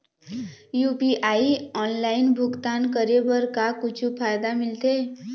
UPI online भुगतान करे बर का कुछू फायदा मिलथे?